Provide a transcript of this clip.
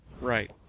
Right